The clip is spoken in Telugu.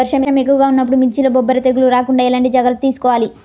వర్షం ఎక్కువగా ఉన్నప్పుడు మిర్చిలో బొబ్బర తెగులు రాకుండా ఎలాంటి జాగ్రత్తలు తీసుకోవాలి?